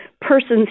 persons